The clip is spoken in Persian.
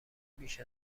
بیش